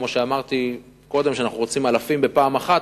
כמו שאמרתי קודם שאנחנו רוצים אלפים בפעם אחת,